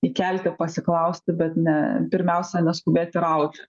įkelti pasiklausti bet ne pirmiausia neskubėti rauti